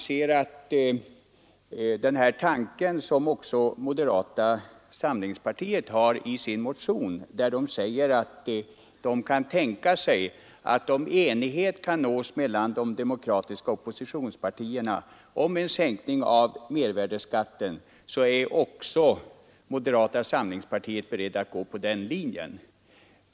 I en partimotion framhåller moderata samlingspartiet, att om enighet kan nås mellan de demokratiska oppositionspartierna om en sänkning av mervärdeskatten, så är också moderata samlingspartiet berett att gå på den linjen.